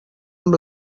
amb